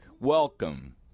Welcome